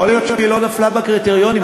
יכול להיות שהיא לא נפלה בקריטריונים,